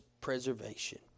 preservation